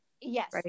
Yes